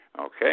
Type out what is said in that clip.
Okay